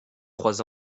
trois